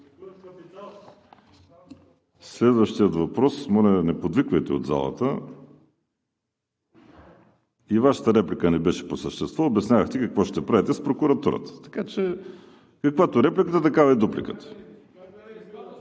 СИМЕОНОВ: Моля Ви, не подвиквайте от залата. И Вашата реплика не беше по същество – обяснявахте какво ще правите с прокуратурата. Така че каквато репликата, такава и дупликата.